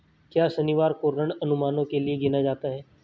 क्या शनिवार को ऋण अनुमानों के लिए गिना जाता है?